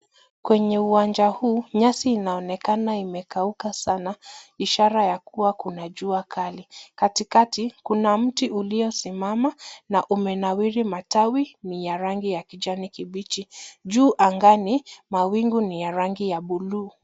Kwenye uwanja huu nyasi inaonekana imekauka sana ishara ya kuwa kuna jua kali. Katikati kuna mti uliosimama na umenawiri matawi ni ya rangi ya kijani kibichi. Juu angani mawingu ni ya rangi ya buluu.